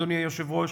אדוני היושב-ראש,